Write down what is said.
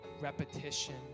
repetition